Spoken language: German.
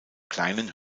kleinen